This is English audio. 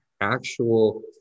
actual